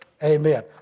Amen